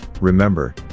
remember